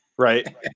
Right